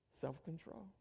Self-control